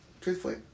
Truthfully